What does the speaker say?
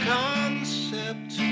concept